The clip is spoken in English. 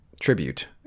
Tribute